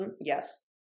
Yes